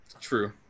True